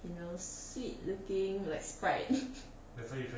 you know sweet looking like sprite